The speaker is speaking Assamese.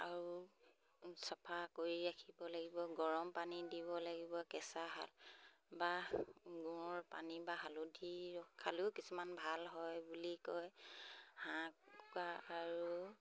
আৰু চাফা কৰি ৰাখিব লাগিব গৰম পানী দিব লাগিব কেঁচা বাহ গুৰৰ পানী বা হালধি খালেও কিছুমান ভাল হয় বুলি কয় হাঁহ কুকুৰা আৰু